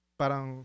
parang